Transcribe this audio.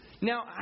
Now